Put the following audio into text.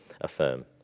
affirm